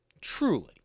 truly